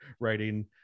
writing